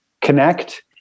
connect